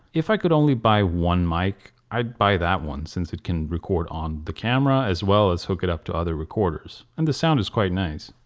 if i could only buy one mic i'd buy that one since it can record on the camera as well as hook it up to other recorders. and the sound is quite nice.